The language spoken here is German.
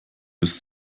ist